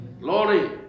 Glory